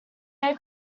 they